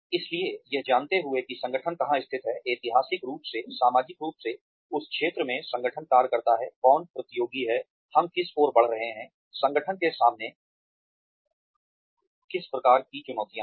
इसलिए यह जानते हुए कि संगठन कहाँ स्थित है ऐतिहासिक रूप से सामाजिक रूप से उस क्षेत्र में संगठन कार्य करता है कौन प्रतियोगी हैं हम किस ओर बढ़ रहे हैं संगठन के सामने किस प्रकार की चुनौतियाँ हैं